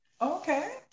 Okay